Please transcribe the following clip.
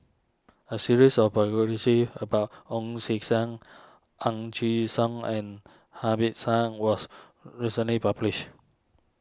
a series of biographies about Ong sea Sen Ang chi Siong and Hamid son was recently published